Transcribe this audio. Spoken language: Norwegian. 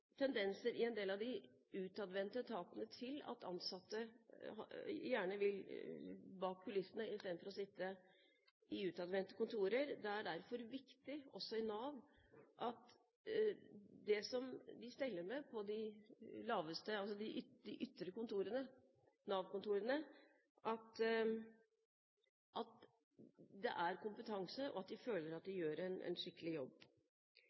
ansatte gjerne vil bak kulissene istedenfor å sitte i utadvendte kontorer. Det er derfor viktig, også i Nav, at de som steller med de ytre Nav-kontorene, har kompetanse, og at de føler at de gjør en skikkelig jobb. Riksrevisjonen kunne altså i fjorårets rapport, for 2008, ikke bekrefte at Navs regnskap ikke hadde feil og